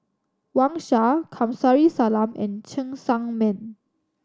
Wang Sha Kamsari Salam and Cheng Tsang Man